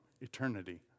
eternity